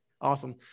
Awesome